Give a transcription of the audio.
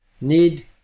need